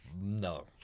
No